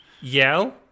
yell